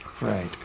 Right